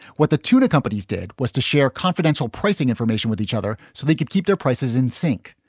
what the tuna companies did was to share confidential pricing information with each other so they could keep their prices in sync,